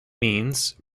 means